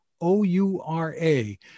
O-U-R-A